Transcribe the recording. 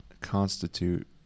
constitute